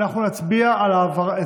אנחנו נצביע על העברת,